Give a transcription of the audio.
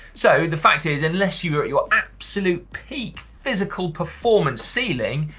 so the fact is, unless you are at your absolute peak physical performance ceiling,